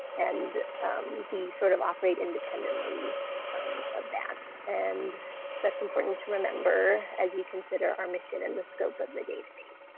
and we sort of operate independently of that and that's important to remember as you consider our mission and the scope of the database.